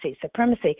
supremacy